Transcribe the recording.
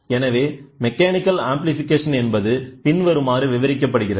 எனவே mechanical amplification என்பது பின்வருமாறு விவரிக்கப்படுகிறது